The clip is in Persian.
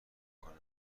بکنه